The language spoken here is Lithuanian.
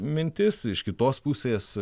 mintis iš kitos pusės